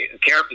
care